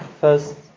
first